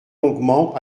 longuement